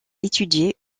étudié